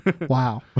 Wow